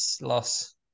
loss